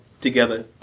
together